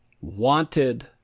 wanted